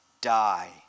die